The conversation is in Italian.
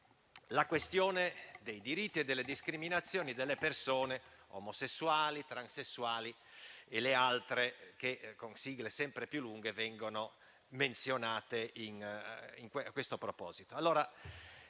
questione dei diritti e delle discriminazioni delle persone omosessuali, transessuali e le altre che con sigle sempre più lunghe vengono menzionate a questo proposito,